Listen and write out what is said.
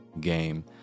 game